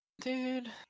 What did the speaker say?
Dude